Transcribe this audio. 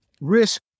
risk